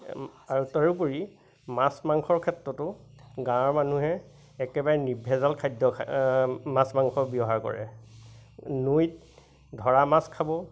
আৰু তদুপৰি মাছ মাংসৰ ক্ষেত্ৰতো গাঁৱৰ মানুহে একেবাৰে নিৰ্ভেজাল খাদ্য মাছ মাংস ব্যৱহাৰ কৰে নৈত ধৰা মাছ খাব